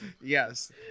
Yes